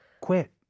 quit